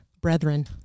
brethren